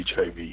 HIV